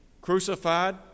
crucified